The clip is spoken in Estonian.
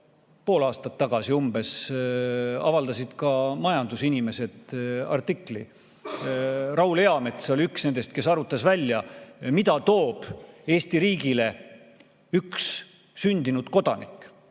pool aastat tagasi umbes avaldasid ka majandusinimesed artikli. Raul Eamets oli üks nendest, kes arvutas välja, mida toob Eesti riigile üks sündinud kodanik.